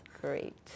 Great